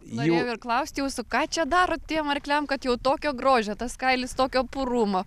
norėjau ir klaust jūsų ką čia darot tiem arkliams kad jau tokio grožio tas kailis tokio purumo